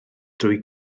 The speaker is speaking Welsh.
dwy